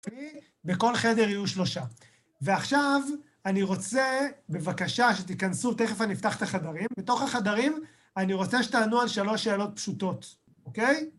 בכל חדר יהיו שלושה, ועכשיו אני רוצה, בבקשה שתיכנסו, תכף אני אפתח את החדרים. בתוך החדרים אני רוצה שתענו על שלוש שאלות פשוטות, אוקיי?